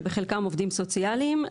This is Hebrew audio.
שבחלקם עובדים סוציאליים.